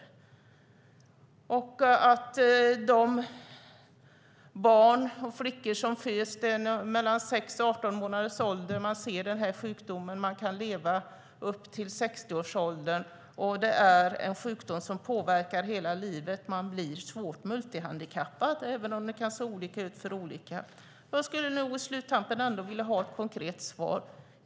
Barn, framför allt flickor, föds med sjukdomen som upptäcks vid mellan 6 och 18 månaders ålder. Man kan leva upp till 60-årsåldern, och det är en sjukdom som påverkar hela livet. Man blir svårt multihandikappad, även om det kan vara lite olika för olika personer. De som är drabbade skulle nog ändå i sluttampen vilja ha ett konkret svar.